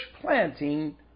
planting